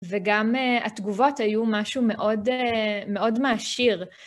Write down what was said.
וגם התגובות היו משהו מאוד מעשיר.